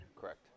Correct